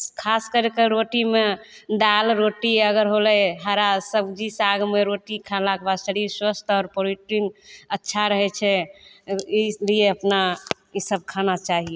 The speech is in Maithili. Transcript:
खास करके रोटीमे दालि रोटी अगर होलै हरा सबजी सागमे रोटी खयलाके बाद शरीर स्वस्थ आओर प्रोट्रीन अच्छा रहैत छै ई लिए अपना ईसब खाना चाही